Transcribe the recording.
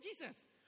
Jesus